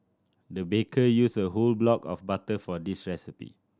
the baker used a whole block of butter for this recipe